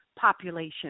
population